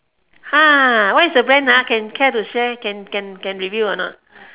ah what is the brand ah can care to share can can can reveal or not